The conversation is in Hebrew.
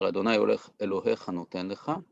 אדוני הולך, אלוהיך נותן לך.